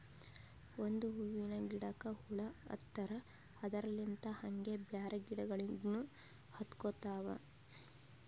ಒಂದ್ ಹೂವಿನ ಗಿಡಕ್ ಹುಳ ಹತ್ತರ್ ಅದರಲ್ಲಿಂತ್ ಹಂಗೆ ಬ್ಯಾರೆ ಗಿಡಗೋಳಿಗ್ನು ಹತ್ಕೊತಾವ್